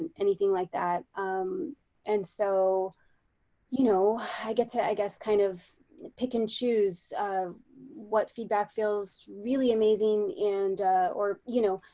anything like that. um and so you know, i get to i guess kind of pick and choose what feedback feels really amazing and or you know,